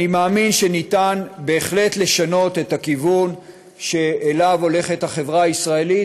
אני מאמין שניתן בהחלט לשנות את הכיוון שאליו הולכת החברה הישראלית,